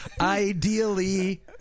ideally